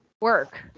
work